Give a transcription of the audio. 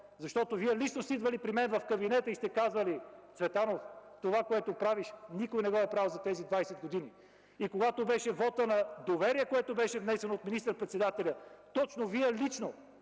Защото Вие лично сте идвали при мен в кабинета и сте казвали: „Цветанов, това което правиш, никой не го е правил за тези 20 години”. Когато беше вотът на доверие, който беше внесен от министър-председателя, лично